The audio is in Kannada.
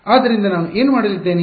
ಆದ್ದರಿಂದ ನಾನು ಏನು ಮಾಡಲಿದ್ದೇನೆ